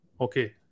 Okay